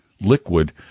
liquid